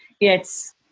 It's-